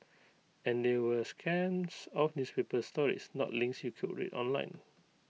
and they were scans of newspaper stories not links you could read online